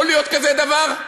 יכול להיות כזה דבר?